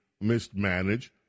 mismanaged